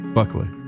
Buckley